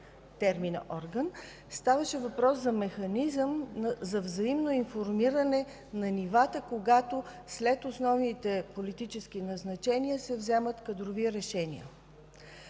термина „орган”. Ставаше въпрос за механизъм за взаимно информиране на нивата, когато след основните политически назначения се взимат кадрови решения.